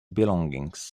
belongings